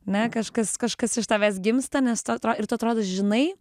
na kažkas kažkas iš tavęs gimsta nes tu atro ir tu atrodo žinai